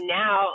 now